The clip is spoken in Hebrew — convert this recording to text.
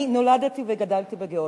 אני נולדתי וגדלתי בגאורגיה.